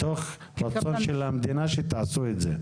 כי המדינה רוצה שתעשו את זה.